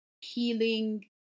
healing